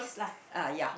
uh ya